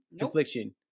confliction